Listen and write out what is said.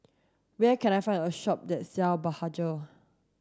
where can I find a shop that sell Blephagel